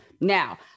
Now